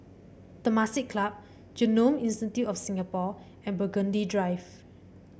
Temasek Club Genome Institute of Singapore and Burgundy Drive